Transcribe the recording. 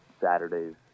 Saturdays